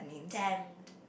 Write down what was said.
temp